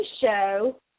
show